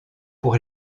pour